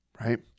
right